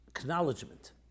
acknowledgement